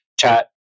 chat